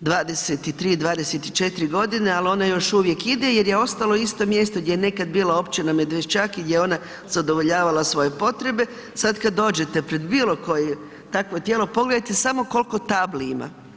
23, 24 g. ali ona još ide jer je ostala na istom mjestu gdje je nekad bila općina Medvešćak i gdje je ona zadovoljavala svoje potrebe, sad kad dođete pred bilokoje takvo tijelo, pogledajte samo koliko tabli ima.